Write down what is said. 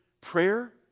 prayer